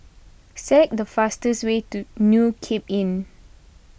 say the fastest way to New Cape Inn